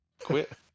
quit